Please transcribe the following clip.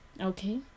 okay